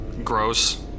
gross